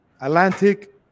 atlantic